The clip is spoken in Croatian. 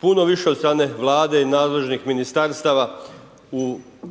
puno više od strane Vlade i nadležnih Ministarstava kroz